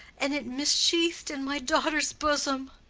and it missheathed in my daughter's bosom!